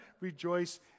rejoice